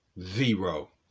zero